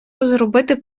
розробити